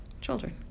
Children